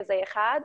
זה אחת.